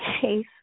case